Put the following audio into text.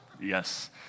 Yes